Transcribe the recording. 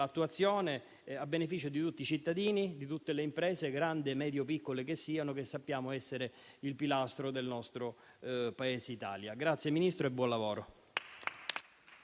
l'attuazione, a beneficio di tutti i cittadini, di tutte le imprese, grandi, medie o piccole che siano, che sappiamo essere il pilastro dell'Italia. Grazie, signor Ministro, e buon lavoro.